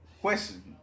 Question